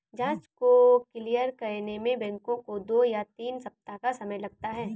जाँच को क्लियर करने में बैंकों को दो या तीन सप्ताह का समय लगता है